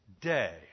day